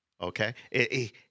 Okay